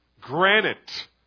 granite